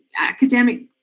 academic